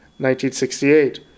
1968